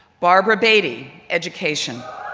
barbara beatty, education.